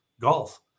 golf